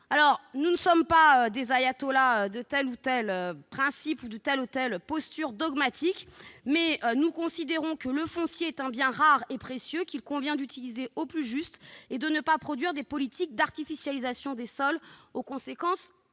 Nous ne sommes pas des ayatollahs de tel ou tel principe ou de telle ou telle posture dogmatique, mais nous considérons que le foncier est un bien rare et précieux qu'il convient d'utiliser au plus juste et qu'il ne faut pas produire des politiques d'artificialisation des sols aux conséquences